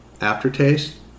aftertaste